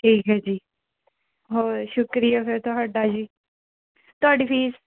ਠੀਕ ਹੈ ਜੀ ਹੋਰ ਸ਼ੁਕਰੀਆ ਫਿਰ ਤੁਹਾਡਾ ਜੀ ਤੁਹਾਡੀ ਫੀਸ